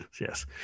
yes